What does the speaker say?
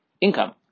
income